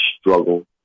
struggle